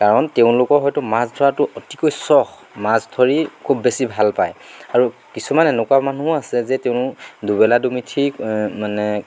কাৰণ তেওঁলোকৰ হয়তো মাছ ধৰাতো অতিকৈ চখ মাছ ধৰি খুব বেছি ভাল পাই আৰু কিছুমান এনেকুৱা মানুহোও আছে যে তেওঁ দুবেলা দুমুঠি মানে